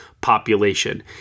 population